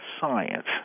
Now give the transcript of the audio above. science